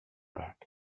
back